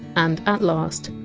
and at last,